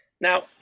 Now